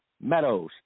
Meadows